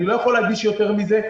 אני לא יכול להגיש יותר מזה.